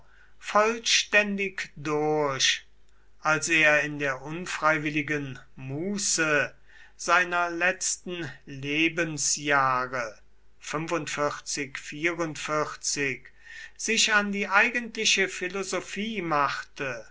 vollständig durch als er in der unfreiwilligen muße seiner letzten lebensjahre sich an die eigentliche philosophie machte